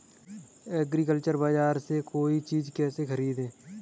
एग्रीबाजार से कोई चीज केसे खरीदें?